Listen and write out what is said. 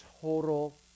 total